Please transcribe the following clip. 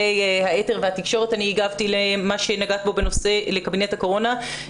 בתקשורת הגבתי למה שנגעת בו בנושא קבינט הקורונה,